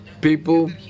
people